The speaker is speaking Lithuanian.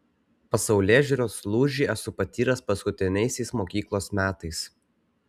pasaulėžiūros lūžį esu patyręs paskutiniaisiais mokyklos metais